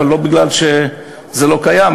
אבל לא כי זה לא קיים,